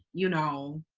you know,